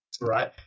right